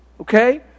Okay